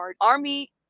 Army